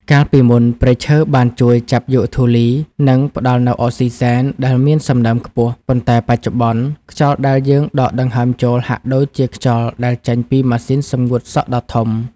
កាលពីមុន ព្រៃឈើបានជួយចាប់យកធូលី និងផ្ដល់នូវអុកស៊ីសែនដែលមានសំណើមខ្ពស់ ប៉ុន្តែបច្ចុប្បន្ន ខ្យល់ដែលយើងដកដង្ហើមចូលហាក់ដូចជាខ្យល់ដែលចេញពីម៉ាស៊ីនសម្ងួតសក់ដ៏ធំ។